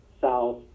south